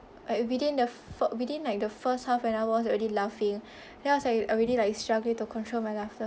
like within the four~ within like the first half an hour already laughing then I was like already like struggling to control my laughter